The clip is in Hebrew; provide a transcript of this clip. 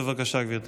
בבקשה, גברתי.